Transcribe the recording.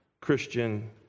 Christian